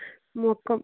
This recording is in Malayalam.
മുക്കം